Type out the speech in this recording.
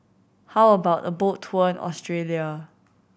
how about a boat tour in Australia